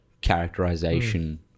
characterization